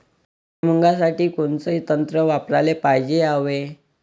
भुइमुगा साठी कोनचं तंत्र वापराले पायजे यावे?